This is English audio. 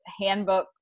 handbook